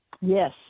Yes